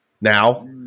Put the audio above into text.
now